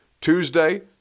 Tuesday